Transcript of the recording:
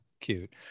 cute